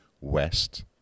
West